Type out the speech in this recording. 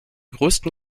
größten